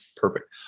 Perfect